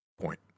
point